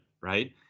right